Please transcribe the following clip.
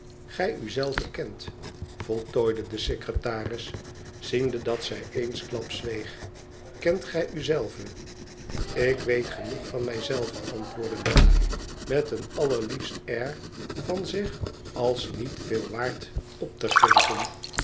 giju zelve kent voltooide de secretaris ziende dat zij eensklaps zweeg f k e n t gij u zelve lik weet genoeg van mij zelve antwoordde bella met een allerliefst air van zich als niet veel waard op te geven